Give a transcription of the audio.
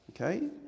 Okay